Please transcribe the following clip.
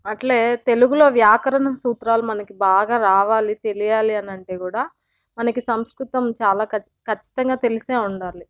అట్లే తెలుగులో వ్యాకరణ సూత్రాలు మనకి బాగా రావాలి తెలియాలి అని అంటే కూడా మనకి సంస్కృతం చాలా ఖచ్చి ఖచ్చితంగా తెలిసే ఉండాలి